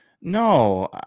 no